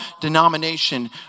denomination